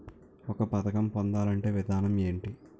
ఒక పథకం పొందాలంటే విధానం ఏంటి?